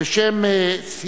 שלוש